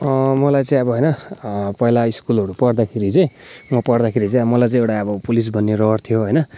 मलाई चाहिँ अब होइन पहिला स्कुलहरू पढ्दाखेरि होइन म पढ्दाखेरि चाहिँ मलाई चाहिँ अब एउटा पुलिस बन्ने रहर थियो होइन